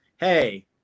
hey